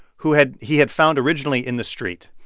who had he had found originally in the street,